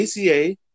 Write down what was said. ACA